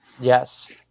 Yes